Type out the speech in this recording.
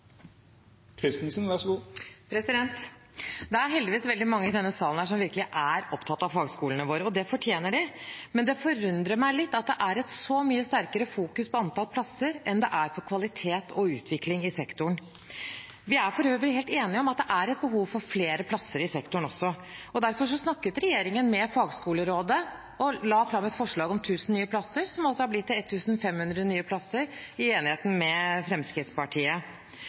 opptatt av fagskolene våre. Det fortjener de. Men det forundrer meg litt at det er et så mye sterkere fokus på antall plasser enn det er på kvalitet og utvikling i sektoren. Vi er for øvrig helt enige om at det også er et behov for flere plasser i sektoren. Derfor snakket regjeringen med fagskolerådet og la fram et forslag om 1 000 nye plasser, som altså har blitt til 1 500 nye plasser i enigheten med Fremskrittspartiet.